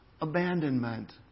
abandonment